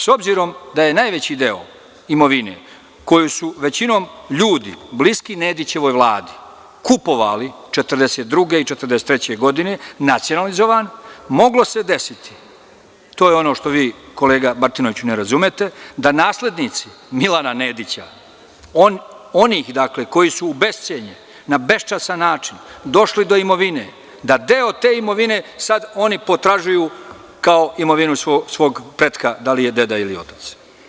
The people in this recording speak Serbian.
S obzirom da je najveći deo imovine koju su većinom ljudi bliski Nedićevoj Vladi kupovali 1942. i 1943. godine nacionalizovan, moglo se desiti, to je ono što vi, kolega Martinoviću, ne razumete, da naslednici Milana Nedića, onih koji su u bescenje, na beščasan način, došli do imovine, da deo te imovine sad oni potražuju kao imovinu svog pretka, da li je deda ili otac.